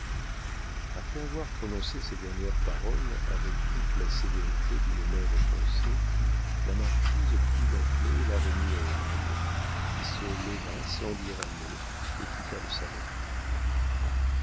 après avoir prononcé ces dernières paroles avec toute la sévérité d'une mère offensée la marquise prit la clef et la remit à hélène qui se leva sans dire un mot et quitta le salon